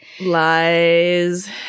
Lies